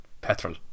petrol